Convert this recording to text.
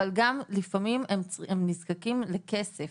אבל גם לפעמים נזקקים לכסף,